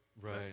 Right